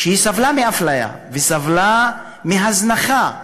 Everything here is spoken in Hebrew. שסבלה מאפליה, וסבלה מהזנחה,